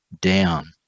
down